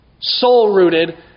soul-rooted